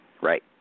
Right